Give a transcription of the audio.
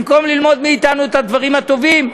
במקום ללמוד מאתנו את הדברים הטובים,